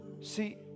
See